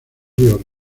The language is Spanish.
ríos